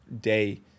day